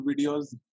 videos